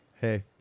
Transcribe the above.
Hey